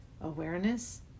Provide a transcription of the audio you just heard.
Awareness